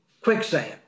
quicksand